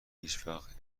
هیچوقت